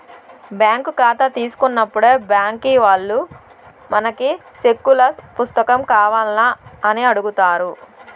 bank కాతా తీసుకున్నప్పుడే బ్యాంకీ వాల్లు మనకి సెక్కుల పుస్తకం కావాల్నా అని అడుగుతారు